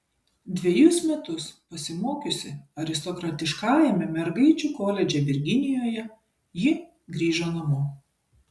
dvejus metus pasimokiusi aristokratiškajame mergaičių koledže virginijoje ji grįžo namo